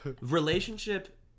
relationship